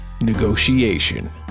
negotiation